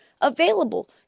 available